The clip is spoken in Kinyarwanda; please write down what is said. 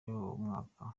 umwaka